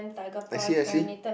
I see I see